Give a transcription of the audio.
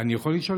אני יכול לשאול?